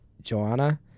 Joanna